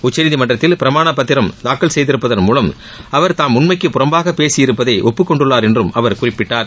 உச்சநீதிமன்றத்தில் பிரமாணபத்திரம் தாக்கல் செய்திருப்பதன் மூலம் அவர் தாம் உண்மைக்கு புறம்பாக பேசியிருப்பதை ஒப்புக்கொண்டுள்ளார் என்றும் அவர் குறிப்பிட்டார்